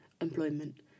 employment